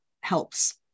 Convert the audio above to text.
helps